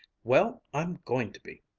well, i'm going to be,